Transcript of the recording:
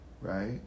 right